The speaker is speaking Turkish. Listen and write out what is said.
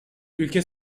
ülke